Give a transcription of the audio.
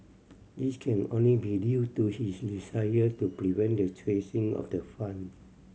this can only be due to his desire to prevent the tracing of the fund